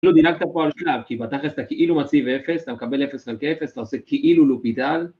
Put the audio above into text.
כאילו דילגת פה על כלל, כי בתכל'ס אתה כאילו מציב 0, אתה מקבל 0 חלק 0, אתה עושה כאילו לופידל